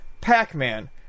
Pac-Man